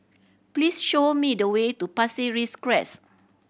please show me the way to Pasir Ris Crest